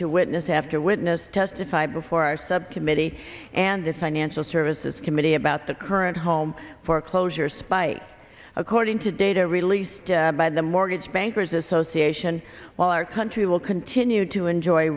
to witness after witness testified before our subcommittee and the financial services committee about the current home foreclosure spike according to data released by the mortgage bankers association while our country will continue to enjoy